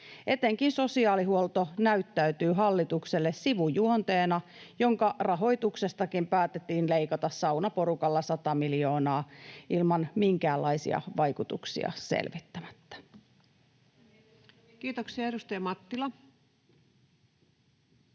Etenkin sosiaalihuolto näyttäytyy hallitukselle sivujuonteena, jonka rahoituksestakin päätettiin leikata saunaporukalla sata miljoonaa selvittämättä minkäänlaisia vaikutuksia. [Speech 142] Speaker: Ensimmäinen